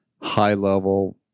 high-level